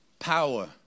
power